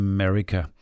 America